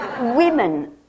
Women